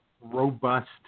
robust